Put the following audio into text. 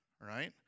right